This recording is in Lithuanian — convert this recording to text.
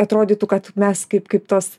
atrodytų kad mes kaip kaip tos